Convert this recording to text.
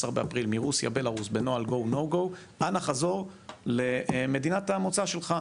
באפריל מרוסיה ובלרוס במנגנון ה-"go/no go" אנא חזור למדינת המוצא שלך.